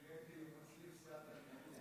נהייתי מצליף סיעת הליכוד.